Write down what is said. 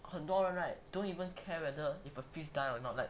很多人 right don't even care whether if a fish die or not like